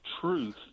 truth